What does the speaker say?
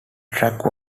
track